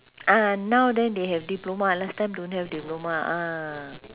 ah now then they have diploma last time don't have diploma ah